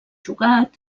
jugat